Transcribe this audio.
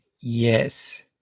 Yes